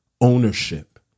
ownership